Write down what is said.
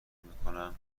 میکنن